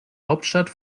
hauptstadt